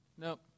Nope